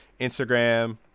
Instagram